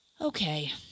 Okay